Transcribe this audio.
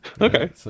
okay